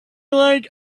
like